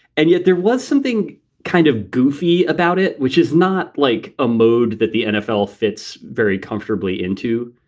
and yet there was something kind of goofy about it, which is not like a mood that the nfl fits very comfortably into.